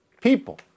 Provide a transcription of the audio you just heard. people